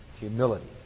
humility